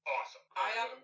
Awesome